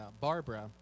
barbara